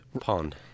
Pond